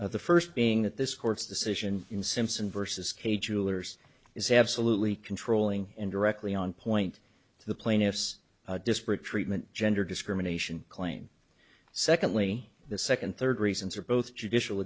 of the first being that this court's decision in simpson versus k jewellers is absolutely controlling and directly on point to the plaintiffs disparate treatment gender discrimination claim secondly the second third reasons are both judicial